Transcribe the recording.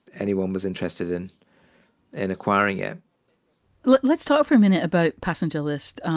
anyone was interested in and acquiring it let's talk for a minute about passenger list.